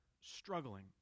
struggling